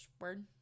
word